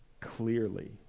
clearly